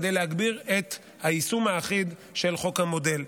כדי להגביר את היישום האחיד של חוק המודל.